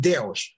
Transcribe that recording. Deus